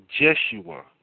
Jeshua